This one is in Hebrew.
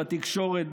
בתקשורת,